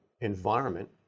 environment